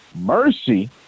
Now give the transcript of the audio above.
Mercy